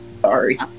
Sorry